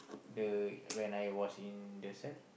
the when I was in the cell